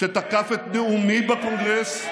שתקף את נאומי בקונגרס?